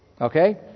Okay